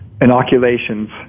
inoculations